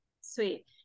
sweet